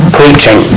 preaching